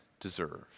deserve